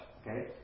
Okay